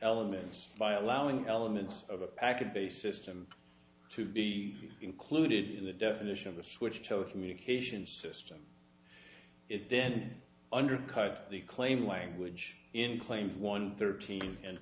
elements by allowing elements of a package based system to be included in the definition of the switched telecommunications system it then undercut the claim language in claims one thirteen and